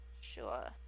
Sure